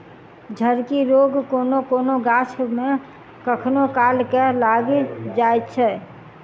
झड़की रोग कोनो कोनो गाछ मे कखनो काल के लाइग जाइत छै